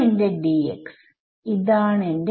അവിടെ j ഇല്ല നമുക്ക് ഇത് 1D ആക്കാം